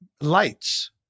Lights